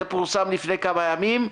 זה פורסם לפני כמה ימים.